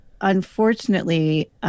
unfortunately